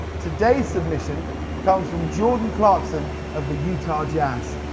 today's sub mission comes from jordan clarkson of the utah jazz.